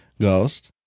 Ghost